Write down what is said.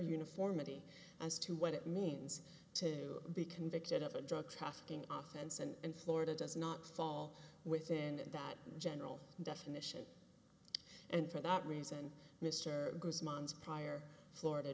uniformity as to what it means to be convicted of a drug trafficking office and florida does not fall within that general definition and for that reason mr guzman's prior florida